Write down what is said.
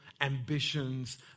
ambitions